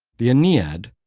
the aeneid,